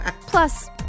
Plus